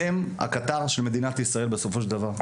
אתם הקטר של מדינת ישראל בסופו של דבר.